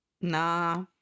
nah